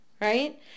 right